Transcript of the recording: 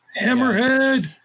hammerhead